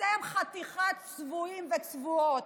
אתם חתיכת צבועים וצבועות,